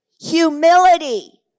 humility